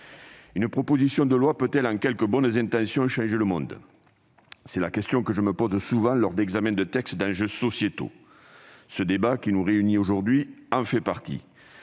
une proposition de loi peut-elle, en quelques bonnes intentions, changer le monde ? C'est la question que je me pose souvent lors de l'examen de textes touchant à des enjeux sociétaux. Ce débat qui nous réunit aujourd'hui en fait partie